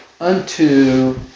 unto